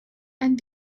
and